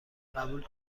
قبول